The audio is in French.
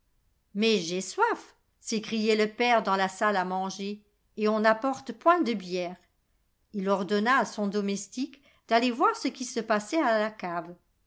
mais j'ai soif s'écriait le père dans la salle à manger et on n'apporte point de bière il ordonna à son domestique d'aller voir ce qui se passait à la cave